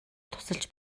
тусалж